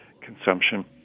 consumption